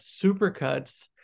Supercuts